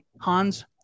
Hans